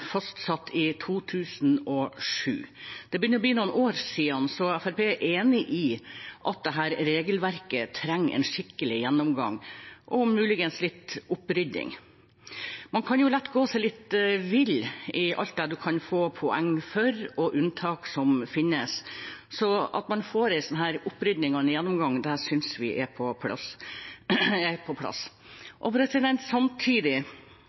fastsatt i 2007. Det begynner å bli noen år siden, så Fremskrittspartiet er enig i at dette regelverket trenger en skikkelig gjennomgang, og muligens litt opprydding. Man kan lett gå seg litt vill i alt det man kan få poeng for, og de unntak som finnes. Så at man får en opprydding og gjennomgang, synes vi er på sin plass. Samtidig må jeg ærlig innrømme at Fremskrittspartiet kanskje bidrar med sitt, siden vi på